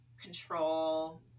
control